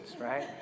right